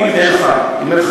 אם אין לך הקצאה,